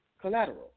collateral